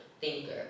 thinker